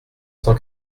cent